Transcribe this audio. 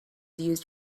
used